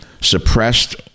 suppressed